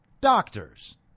Doctors